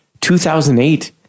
2008